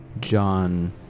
John